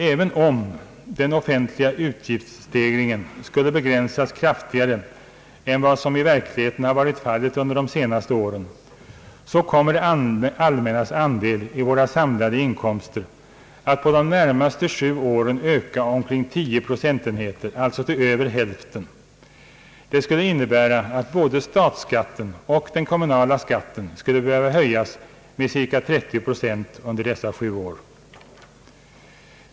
även om den offentliga utgiftsstegringen skulle begränsas kraftigare än vad som varit fallet under de senaste åren, så kommer det allmännas andel i våra samlade inkomster att på de närmaste sju åren öka omkring 10 procentenheter, alltså till över hälften. Det skulle innebära att både statsskatten och den kommunala skatten skulle behöva höjas med cirka 30 procent under dessa sju år.